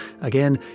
Again